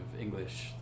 English